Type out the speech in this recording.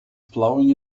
plowing